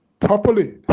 properly